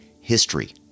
history